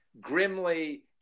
grimly